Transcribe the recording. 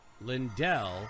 lindell